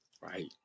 Right